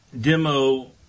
Demo